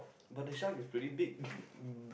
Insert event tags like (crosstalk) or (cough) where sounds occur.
but the shark is pretty big (laughs)